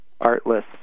artless